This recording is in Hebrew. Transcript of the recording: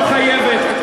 לא חייבת,